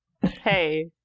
Hey